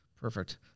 perfect